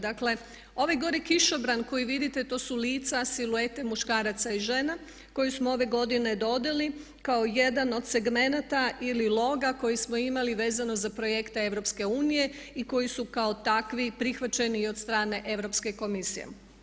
Dakle, ovaj gore kišobran koji vidite to su lica, siluete muškaraca i žena koje smo ove godine dodali kao jedan od segmenata ili loga koji smo imali vezano za projekte EU i koji su kao takvi prihvaćeni od strane Europske komisije.